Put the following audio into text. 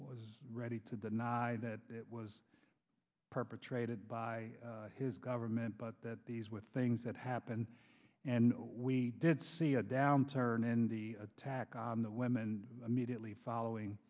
was ready to deny that it was perpetrated by his government but that these were things that happened and we did see a downturn in the attack on the women immediately following